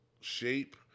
shape